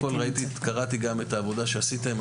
קראתי את העבודה שעשיתם,